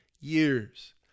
years